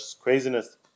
craziness